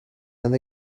and